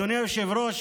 אדוני היושב-ראש,